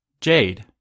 Jade